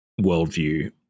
worldview